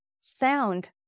sound